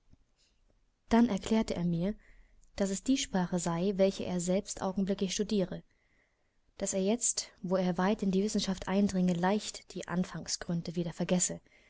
dann erklärte er mir daß es die sprache sei welche er selbst augenblicklich studiere daß er jetzt wo er weiter in die wissenschaft eindringe leicht die anfangsgründe wieder vergesse